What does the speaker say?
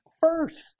first